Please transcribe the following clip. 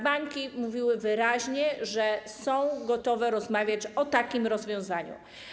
Banki mówiły wyraźnie, że są gotowe rozmawiać o takim rozwiązaniu.